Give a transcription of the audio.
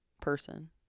person